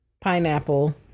pineapple